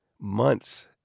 months